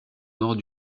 nord